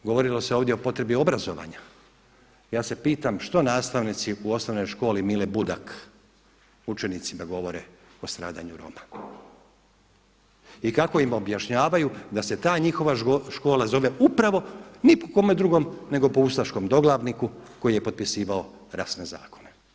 Evo govorilo se ovdje o potrebi obrazovanja, ja se pitam što nastavnici u osnovnoj školi Mile Budak učenicima govore o stradanju Roma i kako im objašnjavaju da se ta njihova škola zove upravo ni po kome drugom nego po ustaškom doglavniku koji je potpisivao rasne zakone.